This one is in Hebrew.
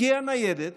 הגיעה ניידת